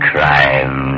Crime